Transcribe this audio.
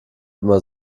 immer